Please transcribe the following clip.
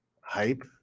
hype